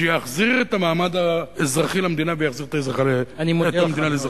שיחזיר את המעמד האזרחי למדינה ויחזיר את המדינה לאזרחיה.